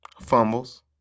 Fumbles